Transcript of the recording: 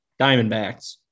Diamondbacks